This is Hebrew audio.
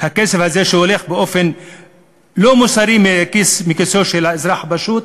הכסף הזה שהולך באופן לא מוסרי מכיסו של האזרח הפשוט